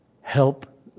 help